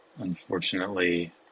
Unfortunately